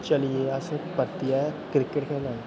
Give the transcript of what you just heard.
चलिये अस परतियै क्रिकेट खेलने गी